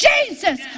Jesus